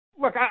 Look